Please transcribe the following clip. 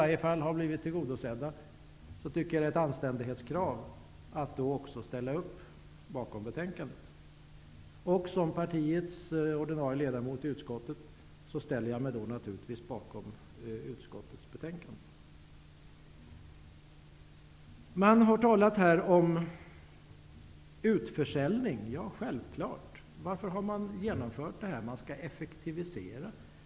Vårt parti har blivit tillgodosett, och då tycker jag att det är ett anständighetskrav att ställa sig bakom utskottet. Som mitt partis ordinarie representant i utskottet ställer jag mig naturligtvis bakom utskottets förslag. Man har här talat om utförsäljning. Det är någonting självklart. Varför vill man genomföra det? Ja, man skall effektivisera.